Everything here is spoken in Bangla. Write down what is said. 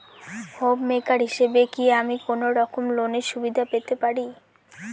হোম মেকার হিসেবে কি আমি কোনো রকম লোনের সুবিধা পেতে পারি?